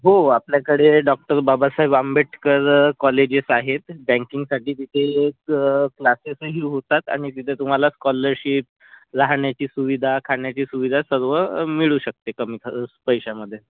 हो आपल्याकडे doctor Babasaheb Ambedkar colleges आहेत बँकिंगसाठी तिथे च क्लासेसही होतात आणि तिथे तुम्हाला स्कॉलरशिप राहण्याची सुविधा खाण्याची सुविधा सर्व मिळू शकते कमी खर कमी पैशामध्ये